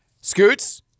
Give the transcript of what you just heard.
Scoots